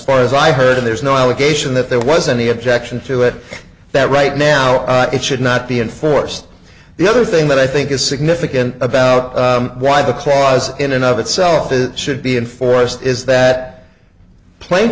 far as i heard there's no allegation that there was any objection to it that right now it should not be enforced the other thing that i think is significant about why the clause in and of itself it should be enforced is that pla